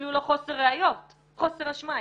אפילו לא בחוסר ראיות, חוסר אשמה.